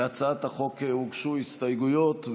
להצעת החוק הוגשו הסתייגויות,